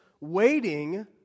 waiting